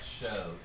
show